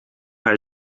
hij